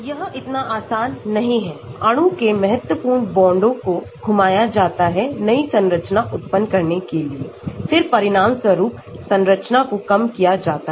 यह इतना आसान नहीं है अणु के महत्वपूर्ण बांडोंको घुमाया जाता है नई संरचना उत्पन्न करने के लिए फिरपरिणामस्वरूप संरचना को कम किया जाता है